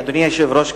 אדוני היושב-ראש,